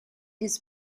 his